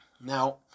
Now